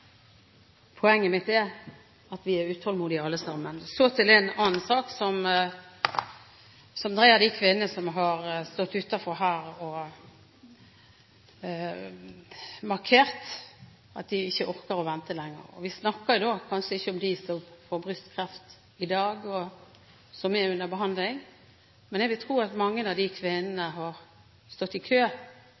til en annen sak: Det gjelder en del av de kvinnene som har stått utenfor her og markert at de ikke orker å vente lenger. Vi snakker kanskje ikke om dem som får brystkreft i dag, og som er under behandling. Men jeg vil tro at mange av de kvinnene har stått i kø